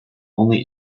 only